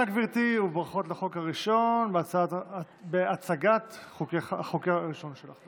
ברכות להצגת החוק הראשון שלך.